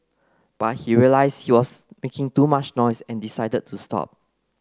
but he realised he was making too much noise and decided to stop